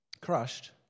crushed